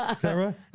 Sarah